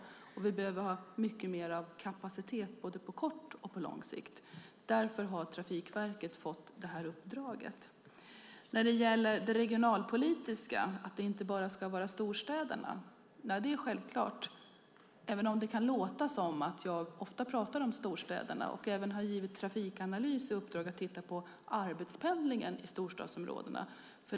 Och vi behöver ha mycket mer av kapacitet både på kort och på lång sikt. Därför har Trafikverket fått det här uppdraget. När det gäller det regionalpolitiska, att det inte bara ska vara storstäderna, är det självklart - även om det kan låta som att jag ofta pratar om storstäderna och även har givit Trafikanalys i uppdrag att titta på arbetspendlingen i storstadsområdena.